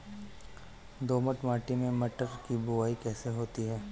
दोमट मिट्टी में मटर की बुवाई कैसे होती है?